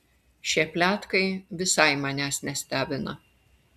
šie pletkai visai manęs nestebina